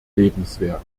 lebenswerk